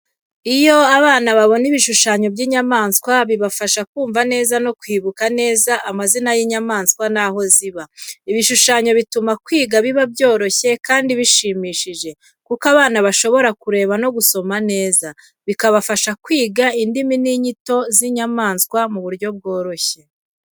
Iyo abana babona ibishushanyo by’inyamanswa, bibafasha kumva neza no kwibuka neza amazina y’inyamanswa n’aho ziba. Ibishushanyo bituma kwiga biba byoroshye kandi bishimishije, kuko abana bashobora kureba no gusoma neza, bikabafasha kwiga indimi n’inyito z’inyamaswa mu buryo bworoshye.